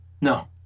No